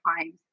times